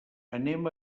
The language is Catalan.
anem